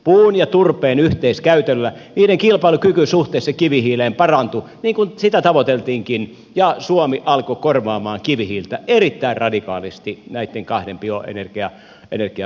puun ja turpeen yhteiskäytöllä niiden kilpailukyky suhteessa kivihiileen parantui mitä tavoiteltiinkin ja suomi alkoi korvaamaan kivihiiltä erittäin radikaalisti näitten kahden bioenergian yhdistelmällä